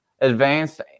advanced